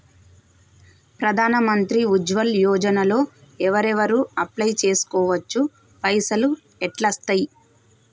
ప్రధాన మంత్రి ఉజ్వల్ యోజన లో ఎవరెవరు అప్లయ్ చేస్కోవచ్చు? పైసల్ ఎట్లస్తయి?